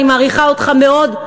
אני מעריכה אותך מאוד,